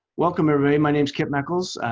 welcome, everybody. my name is kip mechals.